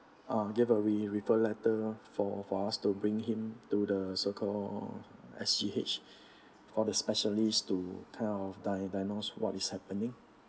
uh gave a referral letter for for us to bring him to the so called S_G_H for the specialists to kind of dia~ diagnose what is happening